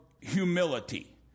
humility